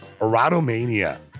erotomania